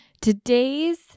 Today's